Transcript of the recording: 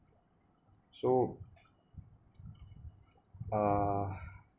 so uh